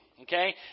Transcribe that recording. okay